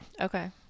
Okay